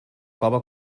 cova